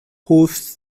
hosts